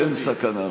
אין סכנה.